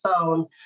phone